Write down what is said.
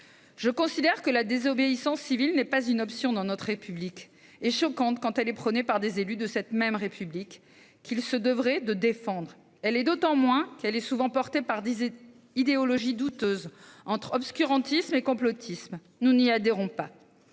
Je considère que la désobéissance civile n'est pas une option dans notre République et qu'elle est choquante quand elle est prônée par des élus, qui se devraient de la défendre. Elle est d'autant moins une option qu'elle est souvent sous-tendue par des idéologies douteuses, entre obscurantisme et complotisme. Nous n'y adhérons pas.